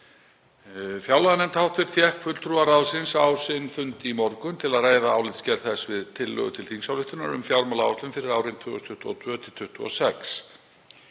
fjárlaganefnd fékk fulltrúa ráðsins á sinn fund í morgun til að ræða álitsgerð þess við tillögu til þingsályktunar um fjármálaáætlun fyrir árin 2022–2026.